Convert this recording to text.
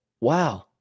Wow